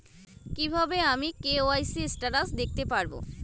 কিভাবে আমি KYC status দেখতে পারবো?